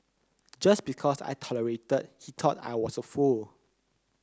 just because I tolerated he thought I was a fool